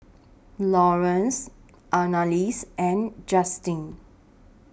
Laurance Annalise and Justyn